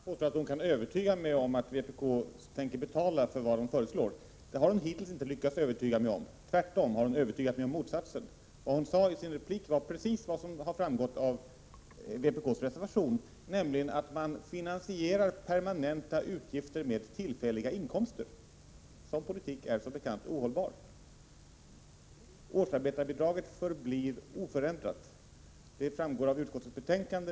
Herr talman! Inga Lantz säger att hon kan övertyga mig om att vpk tänker betala för de åtgärder man föreslår. Det har hon hittills inte lyckats övertyga mig om. Hon har tvärtom övertygat mig om motsatsen. Vad hon sade i sin replik var precis det som framgår av vpk:s reservation, nämligen att man finansierar permanenta utgifter med tillfälliga inkomster. Sådan politik är som bekant ohållbar. Årsarbetarbidraget förblir oförändrat. Det framgår av utskottets betänkande.